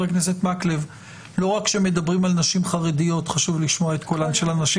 הכנסת מקלב לא רק כשמדברים על נשים חרדיות חשוב לשמוע את קולן של הנשים